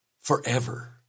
forever